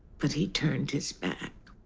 but he turned his back.